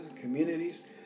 communities